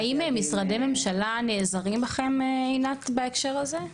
האם משרדי ממשלה נעזרים בכם, עינת, בהקשר הזה?